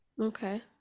Okay